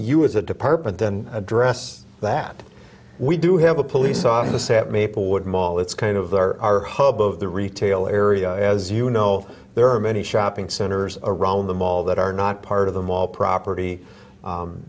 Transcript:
you as a department then address that we do have a police office at maplewood mall it's kind of the are hub of the retail area as you know there are many shopping centers around the mall that are not part of the mall property